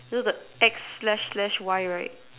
you know the X slash slash Y right